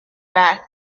fat